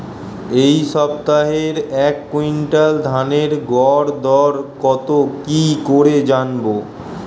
এই সপ্তাহের এক কুইন্টাল ধানের গর দর কত কি করে জানবো?